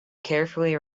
carefully